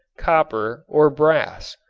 copper or brass.